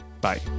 Bye